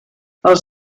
els